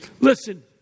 Listen